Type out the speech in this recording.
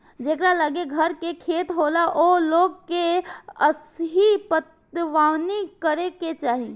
जेकरा लगे घर के खेत होला ओ लोग के असही पटवनी करे के चाही